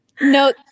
no